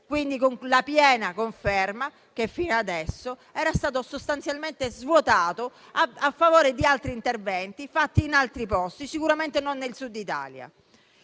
con la piena conferma che fino adesso era stato sostanzialmente svuotato a favore di altri interventi, fatti in altri posti, sicuramente non nel Sud Italia.